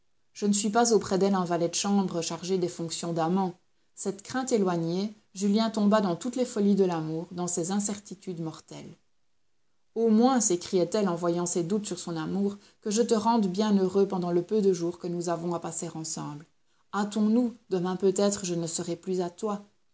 je ne suis pas auprès d'elle un valet de chambre chargé des fonctions d'amant cette crainte éloignée julien tomba dans toutes les folies de l'amour dans ses incertitudes mortelles au moins s'écriait-elle en voyant ses doutes sur son amour que je te rende bien heureux pendant le peu de jours que nous avons à passer ensemble hâtons-nous demain peut-être je ne serai plus à toi